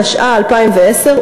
התשע"א 2010,